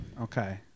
Okay